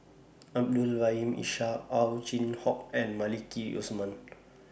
Abdul Rahim Ishak Ow Chin Hock and Maliki Osman